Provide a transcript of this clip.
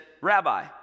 Rabbi